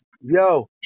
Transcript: Yo